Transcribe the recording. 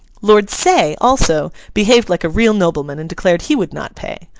lord say, also, behaved like a real nobleman, and declared he would not pay.